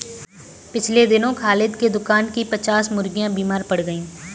पिछले दिनों खालिद के दुकान की पच्चास मुर्गियां बीमार पड़ गईं